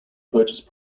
purchase